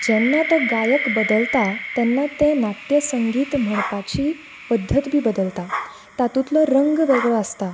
जोन्ना तो गायक बदलता तेन्ना तें नाट्यसंगीत म्हणपाची पद्दती बी बदलता तातूंतलो रंग वेगळो आसता